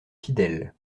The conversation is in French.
fidèles